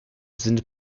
sind